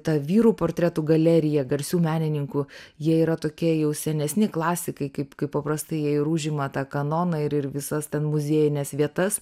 ta vyrų portretų galerija garsių menininkų jie yra tokie jau senesni klasikai kaip kaip paprastai jie ir užima tą kanoną ir ir visas ten muziejines vietas